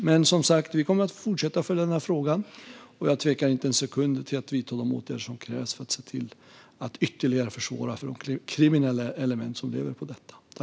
Men vi kommer som sagt att fortsätta följa frågan, och jag tvekar inte en sekund att vidta de åtgärder som krävs för att ytterligare försvåra för de kriminella element som lever på detta.